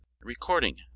Recording